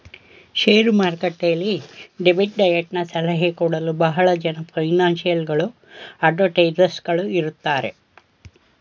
share ಮಾರುಕಟ್ಟೆಯಲ್ಲಿ debit ಡಯಟನ ಸಲಹೆ ಕೊಡಲು ಬಹಳ ಜನ ಫೈನಾನ್ಸಿಯಲ್ ಗಳು ಅಡ್ವೈಸರ್ಸ್ ಗಳು ಇರುತ್ತಾರೆ